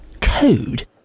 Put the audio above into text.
code